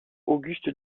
auguste